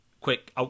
quick